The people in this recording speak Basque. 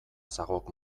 zagok